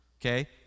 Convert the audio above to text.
Okay